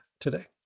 today